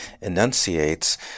enunciates